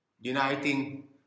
uniting